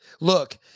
Look